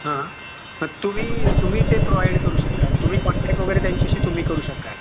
हां तुम्ही तुम्ही ते प्रोवाईड करू शकाल तुम्ही कॉन्टॅक वगैरे त्यांच्याशी तुम्ही करू शकाल